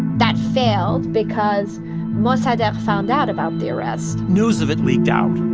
that failed because mossadegh found out about the arrest news of it leaked out